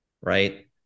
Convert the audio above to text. right